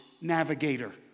navigator